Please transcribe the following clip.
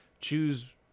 choose